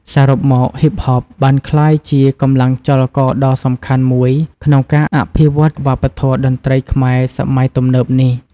សរុបមក ហ៊ីបហប បានក្លាយជាកម្លាំងចលករដ៏សំខាន់មួយក្នុងការអភិវឌ្ឍវប្បធម៌តន្ត្រីខ្មែរសម័យទំនើបនេះ។